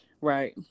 Right